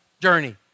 journey